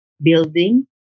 building